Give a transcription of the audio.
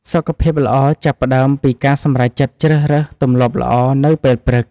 សុខភាពល្អចាប់ផ្តើមពីការសម្រេចចិត្តជ្រើសរើសទម្លាប់ល្អនៅពេលព្រឹក។